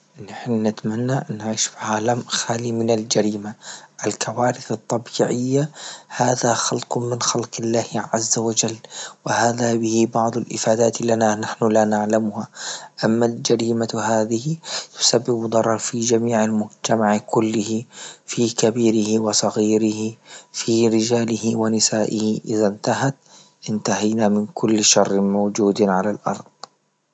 اللي نحنا نتمنى أن نعيش في عالم خالي من الجريمة، الكوارث الطبيعية هذا خلق من خلق الله عز وجل، وهذا به بعض الافادات لنا نحن لا نعلمها، أما الجريمة هذه يسبب ضرر في جميع المجتمع كله في كبيره وصغيره في رجاله ونساء، إذا انتهت إنتهينا من كل شر موجود على أرض.